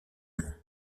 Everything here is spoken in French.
nom